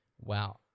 wow